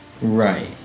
Right